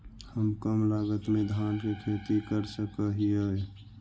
हम कम लागत में धान के खेती कर सकहिय?